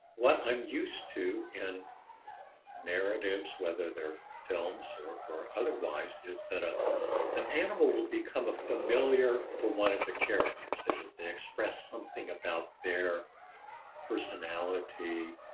what i'm used to in narratives, whether they're films or or otherwise is that ah an animal will become a familiar for one of the characters. that is they express something about their personality,